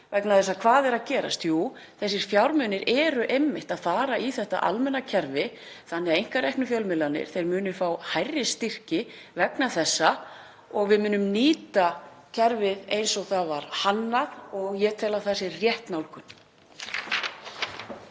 vegna þess að hvað er að gerast? Jú, þessir fjármunir eru einmitt að fara í þetta almenna kerfi þannig að einkareknu fjölmiðlarnir munu fá hærri styrki vegna þessa og við munum nýta kerfið eins og það var hannað og ég tel að það sé rétt nálgun.